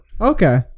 okay